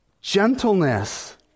Gentleness